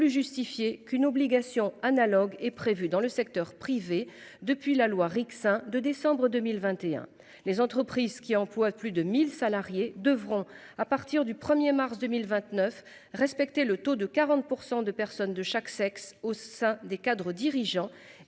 justifiée qu'une obligation analogue est prévu dans le secteur privé depuis la loi Rixain de décembre 2021, les entreprises qui emploient plus de 1000 salariés devront à partir du 1er mars 2029. Respecter le taux de 40% de personnes de chaque sexe au sein des cadres dirigeants et